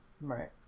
Right